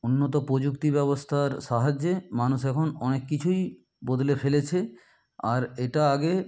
উন্নত প্রযুক্তি ব্যবস্থার সাহায্যে মানুষ এখন অনেক কিছুই বদলে ফেলেছে আর এটা আগে